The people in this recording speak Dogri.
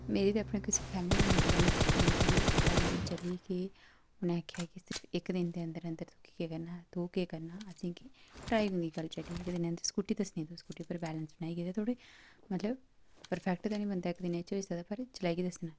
मेरी ते अपने किश फैमिली मेंबर कन्नै सिर्फ इन्नी हारी गल्ल चली कि उ'नें आखेआ कि सिर्फ इक्क दिनै दे अंदर अंदर तोह् केह् करना असेंगी ट्राई देने दी गल्ल चली ही असेंगी स्कूटी दस्सनी तोह् स्कूटी पर बैलेंस बनाइयै थोह्डा़ मतलब परफेक्ट ते निं बंदा इक्क दिनै च होई सकदा पर चलाइयै दस्सना